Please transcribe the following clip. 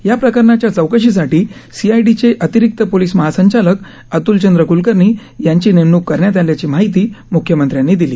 या प्रकरणाच्या चौकशीसाठी सीआयडीचे अतिरीक्त पोलिस महासंचालक अत्लचंद्र क्लकर्णी यांची नेमणूक करण्यात आल्याची माहिती मुख्यमंत्र्यांनी दिली